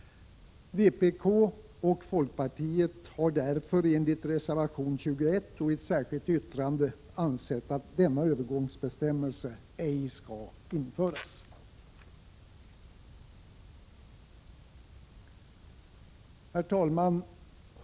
Vpk och folkpartiet har därför i reservation 21 och i ett särskilt yttrande anfört att denna övergångsbestämmelse ej skall införas. Herr talman!